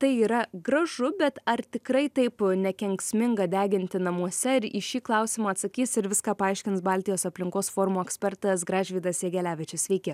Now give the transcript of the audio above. tai yra gražu bet ar tikrai taip nekenksminga deginti namuose ir į šį klausimą atsakys ir viską paaiškins baltijos aplinkos forumo ekspertas gražvydas jegelevičius sveiki